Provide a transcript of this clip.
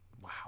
Wow